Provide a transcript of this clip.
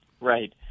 right